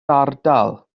ardal